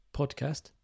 podcast